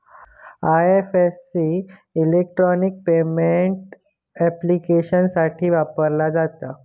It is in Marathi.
आय.एफ.एस.सी इलेक्ट्रॉनिक पेमेंट ऍप्लिकेशन्ससाठी वापरला जाता